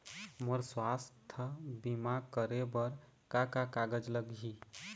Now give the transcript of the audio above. मोर स्वस्थ बीमा करे बर का का कागज लगही?